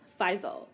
Faisal